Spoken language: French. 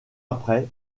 après